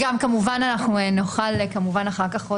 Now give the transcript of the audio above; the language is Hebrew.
וגם נוכל אחר כך,